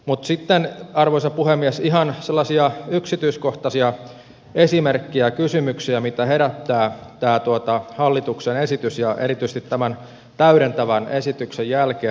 mutta sitten arvoisa puhemies ihan sellaisia yksityiskohtaisia esimerkkejä kysymyksiä mitä herättää tämä hallituksen esitys ja erityisesti tämän täydentävän esityksen jälkeen